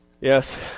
Yes